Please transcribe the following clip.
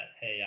hey